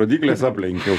rodykles aplenkiau